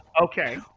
Okay